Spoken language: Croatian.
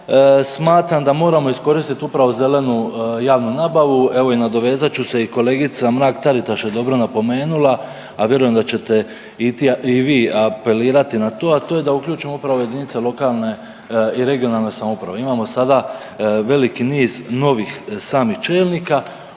Smatram da moramo iskoristiti upravo zelenu javnu nabavu, evo, i nadovezat ću se, i kolegica Mrak-Taritaš je dobro napomenula, a vjerujem da ćete i vi apelirati na to, a to je da uključimo upravo jedinice lokalne i regionalne samouprave.